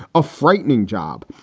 a frightening job.